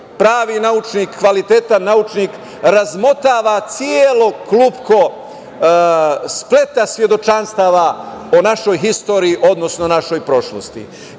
pravi naučnik, kvalitetan naučni razmotava celo klupko, spleta svedočanstava o našoj historiji, odnosno o našoj prošlosti.